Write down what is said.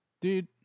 Dude